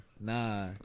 Nah